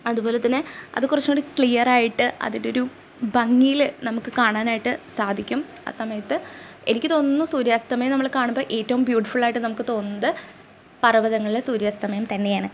അതുപോലെ തന്നെ അത് കുറച്ചുകൂടി ക്ലിയർ ആയിട്ട് അതിലൊരു ഭംഗിയിൽ നമുക്ക് കാണാനായ്ട്ട് നമുക്ക് സാധിക്കും ആ സമയത്ത് എനിക്ക് തോന്നുന്നു സൂര്യാസ്തമയം നമ്മൾ കാണുമ്പം ഏറ്റവും ബ്യൂട്ടിഫുൾ ആയിട്ട് നമുക്ക് തോന്നുന്നത് പർവ്വതങ്ങളിലെ സൂര്യാസ്തമയം തന്നെയാണ്